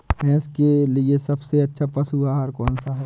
भैंस के लिए सबसे अच्छा पशु आहार कौन सा है?